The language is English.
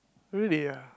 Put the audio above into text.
really ah